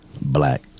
black